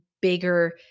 bigger